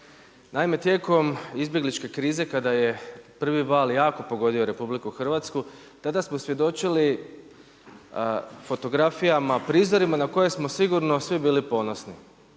Naime, tijekom izbjegličke krize kada je prvi val jako pogodio RH, tada smo svjedočili fotografijama, prizorima na koje smo sigurno svi bili ponosni.